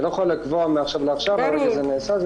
אני לא יכול לקבוע מעכשיו לעכשיו על איזה רקע זה נעשה.